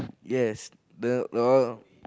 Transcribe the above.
yes the that one